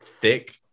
thick